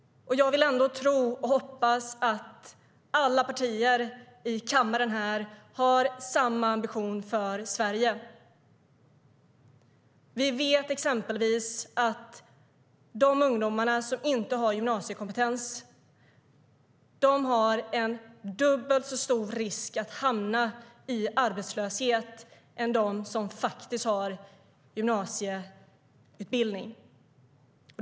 Jag vill ändå tro och hoppas att alla partier här i kammaren har samma ambition för Sverige. Vi vet exempelvis att ungdomar som inte har gymnasiekompetens löper dubbelt så stor risk att hamna i arbetslöshet än de som har gymnasieutbildning.